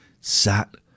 sat